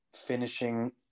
finishing